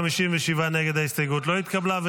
הסתייגות 40 לא נתקבלה.